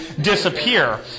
disappear